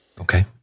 Okay